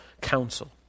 council